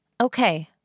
Okay